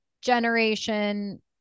generation